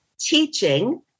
teaching